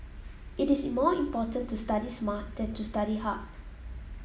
it is more important to study smart than to study hard